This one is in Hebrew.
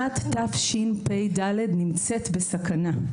שנת תשפ"ד נמצאת בסכנה,